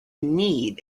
need